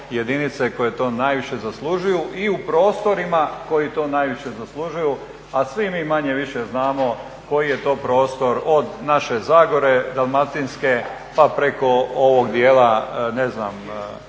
jedinice koje to najviše zaslužuju i u prostorima koji to najviše zaslužuju. A svi mi manje-više znamo koji je to prostor, od naše Zagore dalmatinske pa preko ovog dijela ne znam